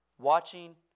watching